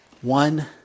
One